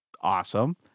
awesome